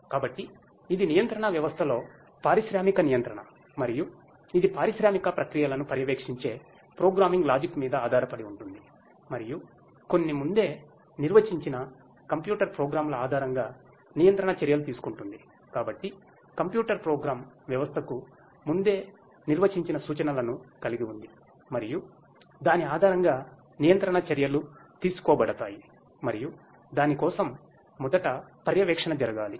కాబట్టి ఇది నియంత్రణ వ్యవస్థలో పారిశ్రామిక నియంత్రణ మరియు ఇది పారిశ్రామిక ప్రక్రియలను పర్యవేక్షించే ప్రోగ్రామింగ్ వ్యవస్థకు ముందే నిర్వచించిన సూచనలను కలిగి ఉంది మరియు దాని ఆధారంగా నియంత్రణ చర్యలు తీసుకోబడతాయి మరియు దాని కోసం మొదట పర్యవేక్షణ జరగాలి